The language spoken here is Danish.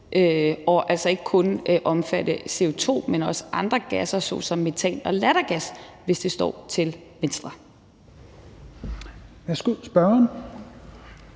og altså ikke kun omfatte CO2, men også andre gasser såsom metan og lattergas, hvis det står til Venstre?